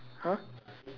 something like mint